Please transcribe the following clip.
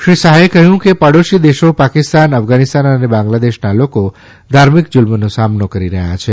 શ્રી શાહે કહ્યું કે પડોશી દેશો પાકિસ્તાન અફઘાનિસ્તાન અને બંગ્લાદેશના લોકો ધાર્મિક જલ્મનો સામનો કરી રહ્યા છે